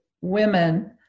women